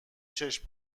چشم